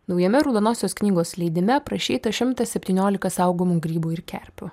naujame raudonosios knygos leidime aprašyta šimtas septyniolika saugomų grybų ir kerpių